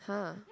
!huh!